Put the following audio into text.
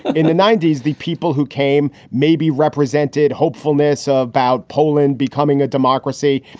in the ninety s, the people who came maybe represented hopeful myths about poland becoming a democracy.